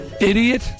Idiot